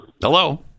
Hello